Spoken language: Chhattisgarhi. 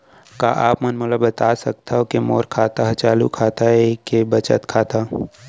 का आप मन मोला बता सकथव के मोर खाता ह चालू खाता ये के बचत खाता?